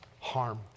harm